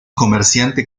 comerciante